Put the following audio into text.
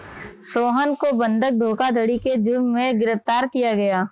सोहन को बंधक धोखाधड़ी के जुर्म में गिरफ्तार किया गया